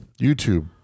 youtube